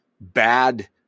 bad